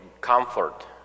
comfort